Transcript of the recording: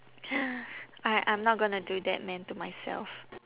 I I'm not gonna do that man to myself